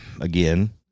again